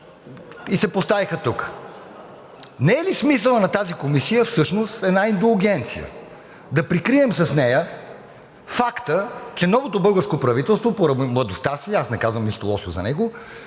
се поставиха тук. Не е ли смисълът на тази комисия всъщност една индулгенция – да прикрием с нея факта, че новото българско правителство поради младостта си – аз не казвам нищо лошо за него,